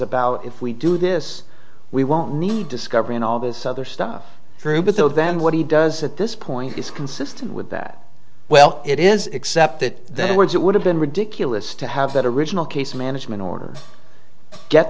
about if we do this we won't need discovery and all this other stuff through but the then what he does at this point is consistent with that well it is except that words it would have been ridiculous to have that original case management order get